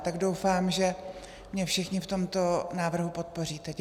Tak doufám, že mě všichni v tomto návrhu podpoříte.